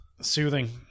Soothing